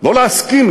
לא להסכים,